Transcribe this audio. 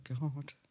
God